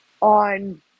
on